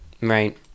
right